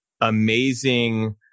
amazing